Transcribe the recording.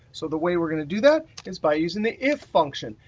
so the way we're going to do that is by using the if function.